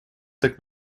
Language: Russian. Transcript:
так